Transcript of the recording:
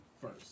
first